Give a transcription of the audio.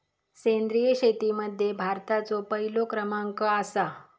सेंद्रिय शेतीमध्ये भारताचो पहिलो क्रमांक आसा